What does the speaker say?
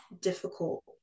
difficult